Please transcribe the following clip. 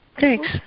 Thanks